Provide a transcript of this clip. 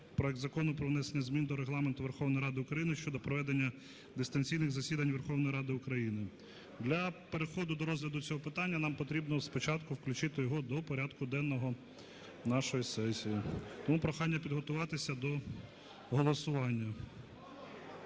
Проект Закону про внесення змін до Регламенту Верховної Ради України щодо проведення дистанційних засідань Верховної Ради України. Для переходу до розгляду цього питання нам потрібно спочатку включити його до порядку денного нашої сесії. Тому прохання підготуватися до голосування.